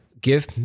give